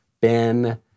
Ben